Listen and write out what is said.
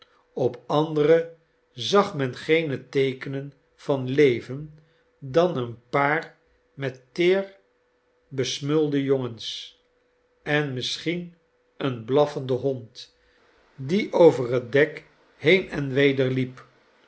op andere zag men geene teekenen van leven dan een paar met teer besmuldejongens en misschien een blaffenden hond die over het dek heen en weder liep